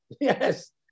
Yes